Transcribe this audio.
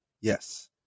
Yes